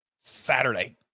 Saturday